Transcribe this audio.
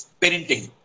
parenting